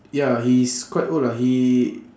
ya he is quite old lah he